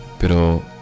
pero